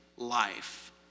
life